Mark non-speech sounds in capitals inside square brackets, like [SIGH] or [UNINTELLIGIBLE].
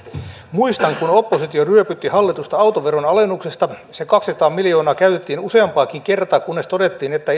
muistan kun oppositio ryöpytti hallitusta autoveron alennuksesta se kaksisataa miljoonaa käytettiin useampaankin kertaan kunnes todettiin että [UNINTELLIGIBLE]